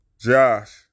Josh